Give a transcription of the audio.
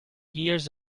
years